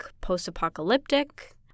post-apocalyptic